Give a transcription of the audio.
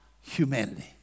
humanity